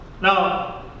Now